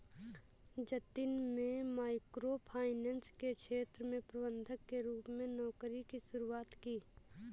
जतिन में micro finance के क्षेत्र में प्रबंधक के रूप में नौकरी की शुरुआत की